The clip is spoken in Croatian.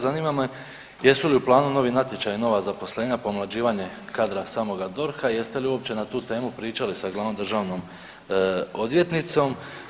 Zanima me, jesu li u planu novi natječaji, nova zaposlenja, pomlađivanje kadra samoga DORH-a i jeste li uopće na tu temu pričali sa glavnom državnom odvjetnicom?